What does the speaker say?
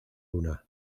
una